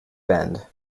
bend